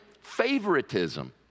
favoritism